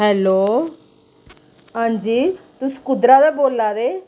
hello हां जी तुस कुद्धरा दा बोल्लै दे